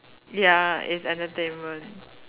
ya it's entertainment